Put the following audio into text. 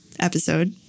episode